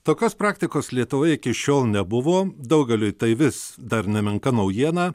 tokios praktikos lietuvoje iki šiol nebuvo daugeliui tai vis dar nemenka naujiena